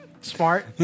Smart